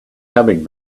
coming